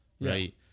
Right